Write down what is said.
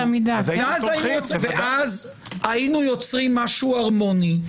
ואז היינו יוצרים משהו הרמוני,